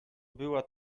była